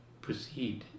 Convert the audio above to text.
proceed